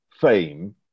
fame